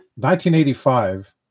1985